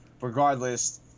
Regardless